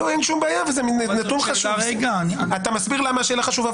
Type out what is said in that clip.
אתה מסביר למה השאלה חשובה,